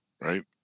right